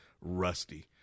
rusty